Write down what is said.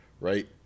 right